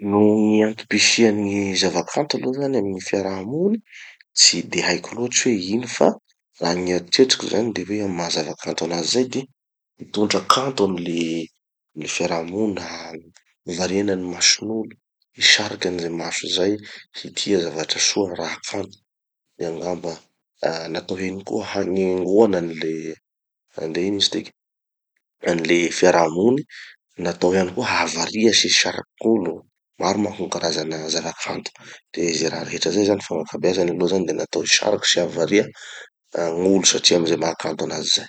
No gny antom-pisian'ny gny zavakanto aloha zany amy gny fiarahamony, tsy de haiko loatsy hoe ino fa raha gny eritreritriko zany de hoe amy maha zava-kanto anazy zay de mitondra kanto amy le le fiarahamony, ho variana ny mason'olo, hisariky any ze maso zay hitia zavatra soa, raha kanto. De angamba, natao hoe ino koa, hanengoana any le, any le ino izy tiky, any le fiarahamony. Natao ihany koa hahavaria sy hisariky gn'olo. Maro manko gny karaza zava-kanto. De ze raha rehetra zay zany fa gn'ankabeazany aloha zany de natao hisariky sy hahavaria ah gn'olo satria amy ze maha kanto anazy zay.